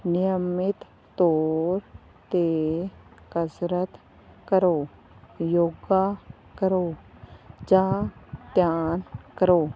ਨਿਯਮਿਤ ਤੋਰ 'ਤੇ ਕਸਰਤ ਕਰੋ ਯੋਗਾ ਕਰੋ ਜਾਂ ਧਿਆਨ ਕਰੋ